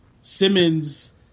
Simmons